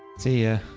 tia,